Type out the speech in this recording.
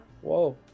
Whoa